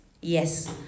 Yes